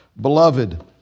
Beloved